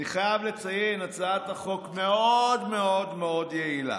אני חייב לציין, הצעת החוק מאוד מאוד מאוד יעילה,